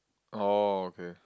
oh okay